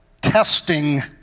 testing